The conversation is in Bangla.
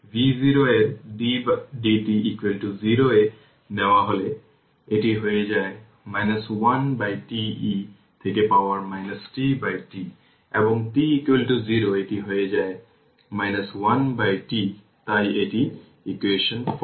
সুতরাং vv0 এর d dt 0 এ নেওয়া হলে এটি হয়ে যায় 1τ e থেকে পাওয়ার tτ এবং t 0 এটি হয়ে যায় 1τ তাই এটি ইকুয়েশন 14